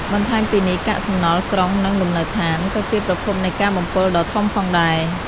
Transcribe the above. បន្ថែមពីនេះ កាកសំណល់ក្រុង និងលំនៅឋាន ក៏ជាប្រភពនៃការបំពុលដ៏ធំផងដែរ។